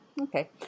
Okay